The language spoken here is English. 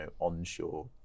onshore